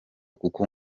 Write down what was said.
kuko